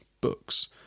books